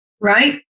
right